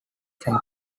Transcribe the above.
from